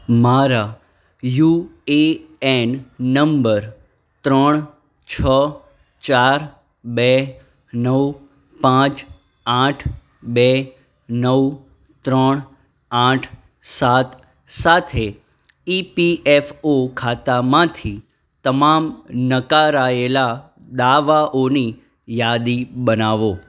મારા U A N નંબર ત્રણ છ ચાર બે નવ પાંચ આઠ બે નવ ત્રણ આઠ સાત સાથે ઇપીએફઓ ખાતામાંથી તમામ નકારાયેલા દાવાઓની યાદી બનાવો